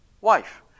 wife